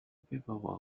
paperwork